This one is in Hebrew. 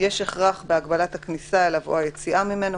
יש הכרח בהגבלת הכניסה אליו או היציאה ממנו,